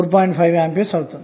5 A అవుతుంది